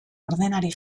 ordenari